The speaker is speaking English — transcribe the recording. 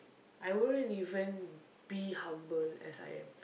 I wouldn't even be humble as I am